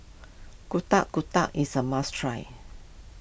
Getuk Getuk is a must try